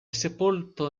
sepolto